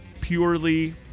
purely